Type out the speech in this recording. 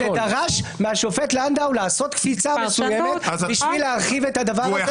זה דרש מהשופט לנדוי לעשות קפיצה מסוימת בשביל להרחיב את הדבר הזה.